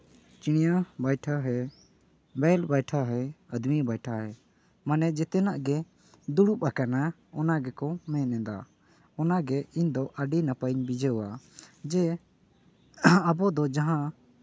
ᱪᱤᱲᱤᱭᱟ ᱵᱮᱭᱴᱷᱟ ᱦᱮ ᱵᱮᱞ ᱵᱮᱭᱴᱟ ᱦᱮ ᱟᱫᱽᱢᱤ ᱵᱮᱭᱴᱷᱟ ᱦᱮ ᱢᱟᱱᱮ ᱡᱮᱛᱮᱱᱟᱜ ᱜᱮ ᱫᱩᱲᱩᱵᱽ ᱟᱠᱟᱱᱟ ᱚᱱᱟ ᱜᱮᱠᱚ ᱢᱮᱱᱮᱫᱟ ᱚᱱᱟ ᱜᱮ ᱤᱧ ᱫᱚ ᱟᱹᱰᱤ ᱱᱟᱯᱟᱭᱤᱧ ᱵᱩᱡᱷᱟᱹᱣᱟ ᱡᱮ ᱟᱵᱚ ᱫᱚ ᱡᱟᱦᱟᱸ